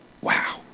Wow